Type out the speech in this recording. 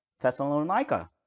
Thessalonica